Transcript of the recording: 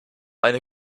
eine